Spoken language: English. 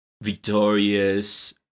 Victorious